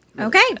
okay